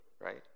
right